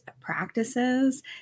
practices